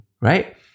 Right